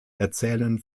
erzählen